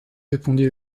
répondit